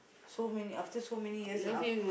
so many after after so many years and af~